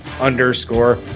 underscore